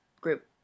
group